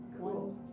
Cool